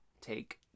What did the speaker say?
take